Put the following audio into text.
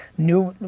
knew,